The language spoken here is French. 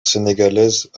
sénégalaise